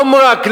אַמרַכּ,